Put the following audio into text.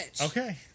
Okay